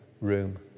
room